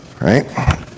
Right